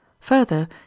Further